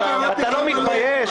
אתה לא מתבייש?